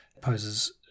poses